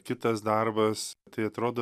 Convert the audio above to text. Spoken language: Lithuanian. kitas darbas tai atrodo